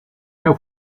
neo